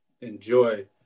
enjoy